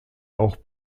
auch